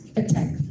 attack